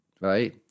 Right